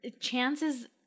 chances